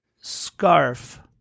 scarf